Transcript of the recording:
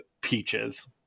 Peaches